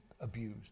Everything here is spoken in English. abused